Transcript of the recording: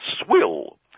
swill